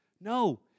No